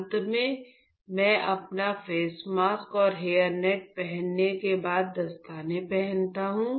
अंत में मैं अपना फेस मास्क और हेयर नेट पहनने के बाद दस्ताने पहनती हूं